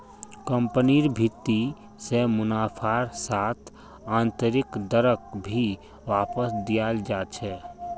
कम्पनिर भीति से मुनाफार साथ आन्तरैक दरक भी वापस दियाल जा छे